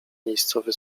miejscowy